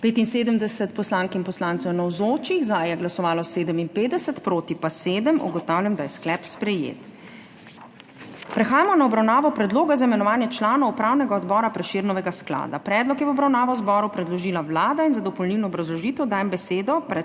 57, proti pa sedem. (Za je glasovalo 57.) (Proti 7.) Ugotavljam, da je sklep sprejet. Prehajamo na obravnavo Predloga za imenovanje članov Upravnega odbora Prešernovega sklada. Predlog je v obravnavo zboru predložila Vlada in za dopolnilno obrazložitev dajem besedo